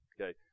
okay